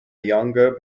younger